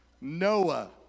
Noah